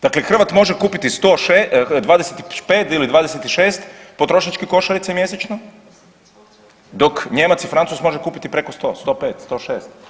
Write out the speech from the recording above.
Dakle, Hrvat može kupiti 25 ili 26 potrošačkih košarica mjesečno, dok Nijemac i Francuz može kupiti preko 100, 105, 106.